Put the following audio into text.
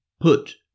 put